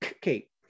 Kate